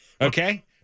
Okay